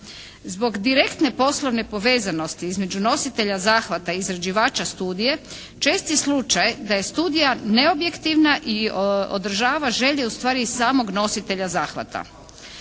Zbog direktne poslovne povezanosti između nositelja zahvata i izrađivača studije čest je slučaj da je studija neobjektivna i održava želje ustvari samog nositelja zahvata.